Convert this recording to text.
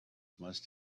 must